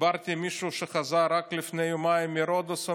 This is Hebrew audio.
דיברתי עם מישהו שחזר רק לפני יומיים מרודוס,